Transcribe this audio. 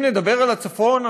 אם נדבר על הצפון,